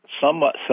somewhat